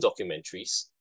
documentaries